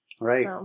Right